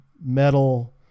metal